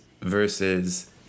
versus